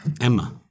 Emma